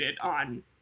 on